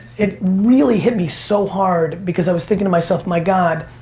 it really hit me so hard because i was thinking to myself, my god,